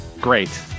Great